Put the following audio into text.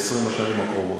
ב-20 השנים הקרובות,